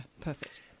Perfect